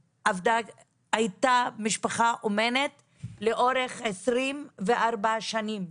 הייתה משפחה אומנת לאורך 24 שנים.